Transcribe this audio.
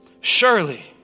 Surely